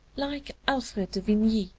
like alfred de vigny,